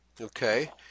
Okay